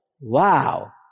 wow